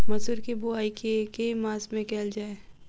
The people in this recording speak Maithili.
मसूर केँ बोवाई केँ के मास मे कैल जाए?